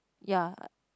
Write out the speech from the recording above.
ya